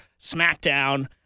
SmackDown